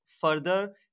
further